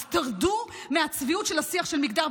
אז תרדו מהצביעות של השיח של מגדר,